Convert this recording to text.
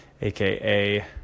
aka